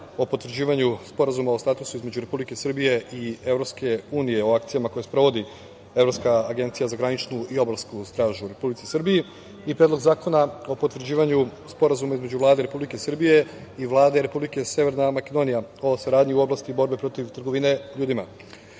o potvrđivanju Sporazuma o statusu između Republike Srbije i EU o akcijama koje sprovodi Evropska agencija za graničnu i obalsku stražu u Republici Srbiji i Predlog zakona o potvrđivanju Sporazuma između Vlade Republike Srbije i Vlade Republike Severne Makedonije o saradnji u oblasti borbe protiv trgovine ljudima. Ovim